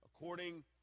according